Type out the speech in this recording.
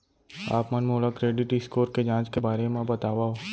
आप मन मोला क्रेडिट स्कोर के जाँच करे के बारे म बतावव?